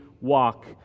walk